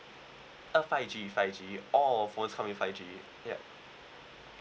uh five G five G all of our phone comes in five G ya